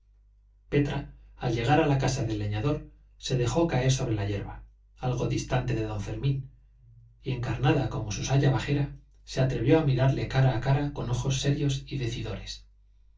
petra al llegar a la casa del leñador se dejó caer sobre la yerba algo distante de don fermín y encarnada como su saya bajera se atrevió a mirarle cara a cara con ojos serios y decidores